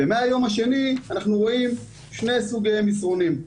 מהיום השני אנחנו רואים שני סוגי מסרונים,